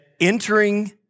entering